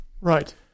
Right